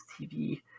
tv